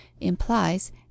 implies